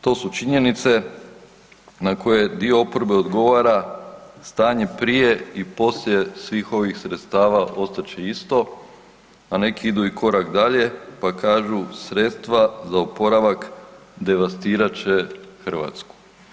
To su činjenice na koje dio oporbe odgovara stanje prije i poslije svih ovih sredstava ostat će isto, a neki idu i korak dalje pa kažu sredstva za oporavak devastirat će Hrvatsku.